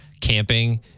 camping